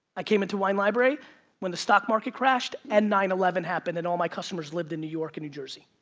i came into wine library when the stock market crashed, and nine eleven happened and all my customers lived in new york and new jersey.